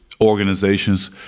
organizations